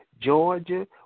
Georgia